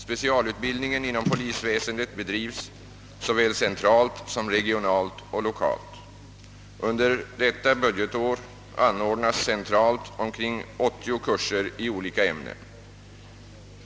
Specialutbildningen inom polisväsendet bedrivs såväl centralt som regionalt och lokalt. Under innevarande budgetår anordnas centralt omkring 80 kurser i olika ämnen.